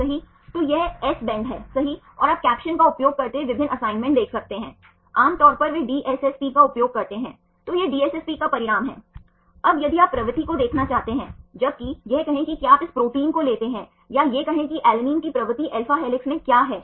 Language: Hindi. इस मामले में हम इस बीटा शीट को एंटीपरेलर बीटा शीट कहते हैं और दूसरा उदाहरण यदि आप देखते हैं कि श्रृंखला बाएं से दाएं दोनों दिशाओं में समान दिशा में चलती है